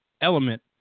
element